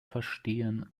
verstehen